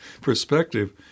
perspective